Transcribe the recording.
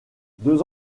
deux